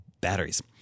batteries